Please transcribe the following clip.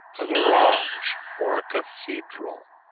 a garage, or a cathedral.